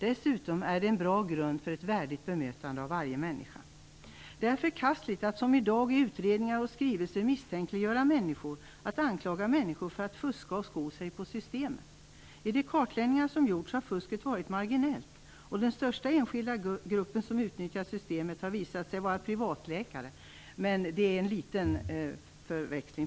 Dessutom är det en bra grund för ett värdigt bemötande av varje människa. Det är förkastligt att som i dag i utredningar och skrivelser misstänkliggöra människor och att anklaga människor för att fuska och sko sig på systemet. I de kartläggningar som gjorts har fusket varit marginellt. Den största enskilda gruppen som utnyttjar systemet har visat sig vara privatläkare, men det är en liten grupp.